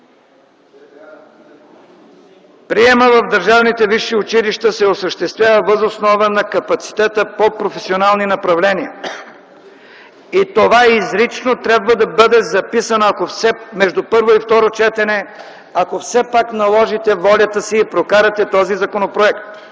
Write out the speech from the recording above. Приемът в държавните висши училища се осъществява въз основа на капацитета по професионални направления. Това изрично трябва да бъде записано между първи и второ четене, ако все пак наложите волята си и прокарате този законопроект.